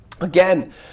Again